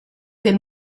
del